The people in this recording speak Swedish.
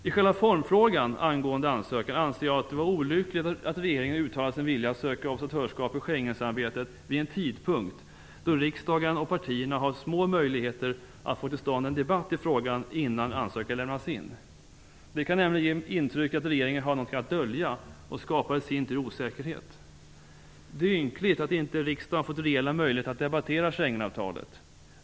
I själva formfrågan angående ansökan anser jag att det var olyckligt att regeringen uttalade sin vilja att söka observatörsskap i Schengensamarbetet vid en tidpunkt då riksdagen och partierna har små möjligheter att få till stånd en debatt i frågan innan ansökan lämnas in. Det kan nämligen ge det intrycket att regeringen har någonting att dölja och skapar i sin tur osäkerhet. Det är ynkligt att inte riksdagen fått rejäla möjligheter att debattera Schengenavtalet.